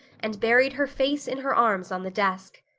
and buried her face in her arms on the desk.